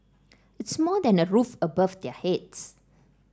it's more than a roof above their heads